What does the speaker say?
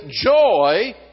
joy